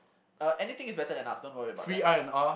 uh anything is better than us don't worry about that